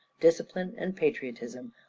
discipline, and patriotism,